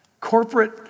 corporate